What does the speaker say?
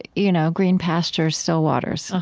you know, green pastures, still waters.